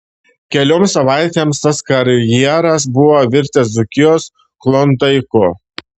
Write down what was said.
kelioms savaitėms tas karjeras buvo virtęs dzūkijos klondaiku